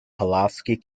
pulaski